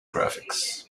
graphics